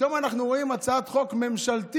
ופתאום אנחנו רואים הצעת חוק ממשלתית